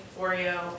Oreo